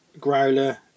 Growler